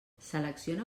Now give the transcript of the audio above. selecciona